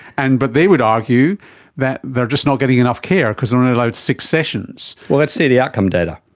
and but they would argue that they are just not getting enough care because they are only allowed six sessions. well, let's see the outcome data.